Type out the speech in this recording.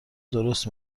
درست